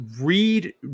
read